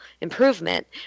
improvement